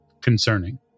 concerning